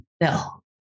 No